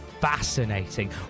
fascinating